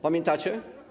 Pamiętacie?